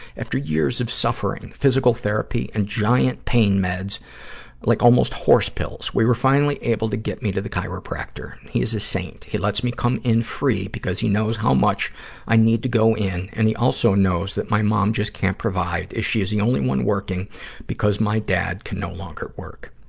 after years of suffering, physical therapy, and giant pain meds like almost horse pills we were finally able to get me to the chiropractor. he is a saint. he lets me come in free because he knows how much i need to go in, and he also knows that my mom just can't provide, as she is the only one working because my dad can no longer work.